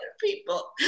people